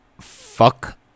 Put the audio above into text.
fuck